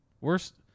Worst